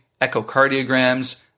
echocardiograms